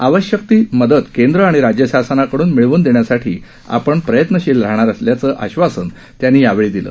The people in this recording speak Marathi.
आवश्यक ती मदत केंद्र आणि राज्यशासनाकडून मिळवून देण्यासाठी आपण प्रयत्नशील राहणार असल्याचं आश्वासन त्यांनी यावेळी दिलं